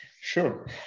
Sure